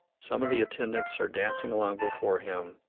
some of the attendants are dancing along before him,